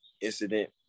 incident